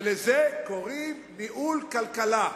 ולזה קוראים ניהול כלכלה.